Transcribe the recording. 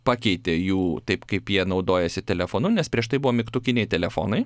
pakeitė jų taip kaip jie naudojosi telefonu nes prieš tai buvo mygtukiniai telefonai